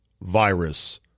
virus